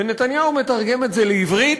נתניהו מתרגם את זה לעברית,